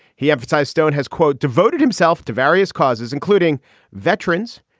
he emphasized stone has, quote, devoted himself to various causes, including veterans,